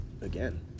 again